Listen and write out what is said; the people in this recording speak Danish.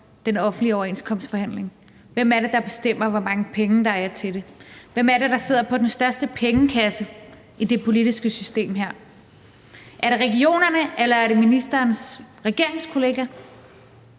den offentlige overenskomstforhandling? Hvem er det, der bestemmer, hvor mange penge der er til det? Hvem er det, der sidder på den største pengekasse i det politiske system her? Er det regionerne, eller er det ministerens regeringskollega?